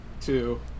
two